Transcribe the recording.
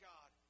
God